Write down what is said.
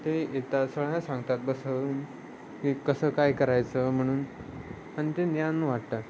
ते येतात सगळ्याना सांगतात बसवून की कसं काय करायचं म्हणून आणि ते ज्ञान वाटतात